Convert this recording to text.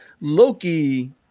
loki